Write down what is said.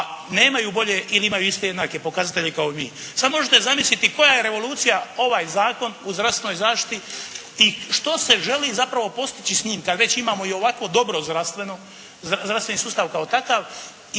a nemaju bolje ili imaju iste jednake pokazatelje kao mi. Sad možete zamisliti koja je revolucija ovaj Zakon o zdravstvenoj zaštiti i što se želi zapravo postići s njim kad već imamo i ovako dobro zdravstveno, zdravstveni sustav kao takav.